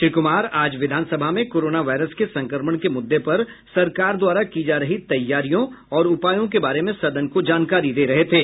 श्री कुमार आज विधान सभा में कोरोना वायरस के संक्रमण के मुद्दे पर सरकार द्वारा की जा रही तैयारियों और उपायों के बारे में सदन को जानकारी दे रहे थे